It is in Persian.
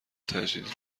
تجدید